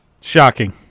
Shocking